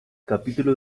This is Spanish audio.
capítulo